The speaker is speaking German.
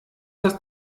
das